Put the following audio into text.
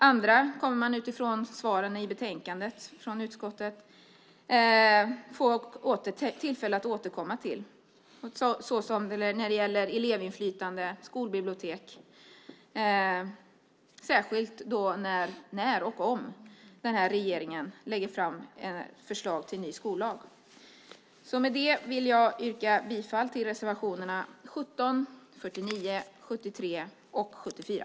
Andra frågor kommer man utifrån svaren i utskottets betänkande att få tillfälle att återkomma till. Det gäller elevinflytande och skolbibliotek - inte minst när och om regeringen lägger fram förslag till ny skollag. Med det vill jag yrka bifall till reservationerna 17, 49, 73 och 74.